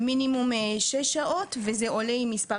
מינימום שש שעות, וזה עולה עם מספר הילדים.